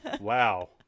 Wow